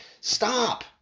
stop